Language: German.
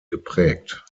geprägt